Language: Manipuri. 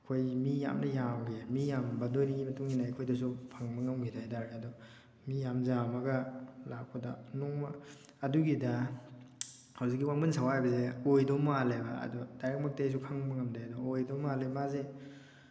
ꯑꯩꯈꯣꯏ ꯃꯤ ꯌꯥꯝꯅ ꯌꯥꯝꯒꯤ ꯃꯤ ꯌꯥꯝꯕꯗꯨꯒꯤ ꯃꯇꯨꯡ ꯏꯟꯅ ꯑꯩꯈꯣꯏꯗꯁꯨ ꯐꯪꯕ ꯉꯝꯈꯤꯗꯦ ꯍꯥꯏꯇꯥꯔꯦ ꯑꯗꯣ ꯃꯤ ꯌꯥꯝ ꯌꯥꯝꯃꯒ ꯂꯥꯛꯄꯗ ꯅꯣꯡꯃ ꯑꯗꯨꯒꯤꯗ ꯍꯧꯖꯤꯛꯀꯤ ꯋꯥꯡꯕꯟ ꯁꯋꯥꯏꯕꯤꯁꯦ ꯑꯣꯏꯗꯧ ꯃꯥꯜꯂꯦꯕ ꯑꯗꯣ ꯗꯥꯏꯔꯦꯛꯃꯛꯇꯤ ꯑꯩꯁꯨ ꯈꯪꯕ ꯉꯝꯗꯦ ꯑꯗꯣ ꯑꯣꯏꯗꯧ ꯃꯥꯜꯂꯦ ꯃꯥꯁꯦ